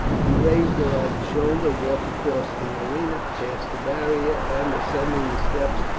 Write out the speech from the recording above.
he raised her on his shoulder, walked across the arena, passed the barrier, and, ascending the steps,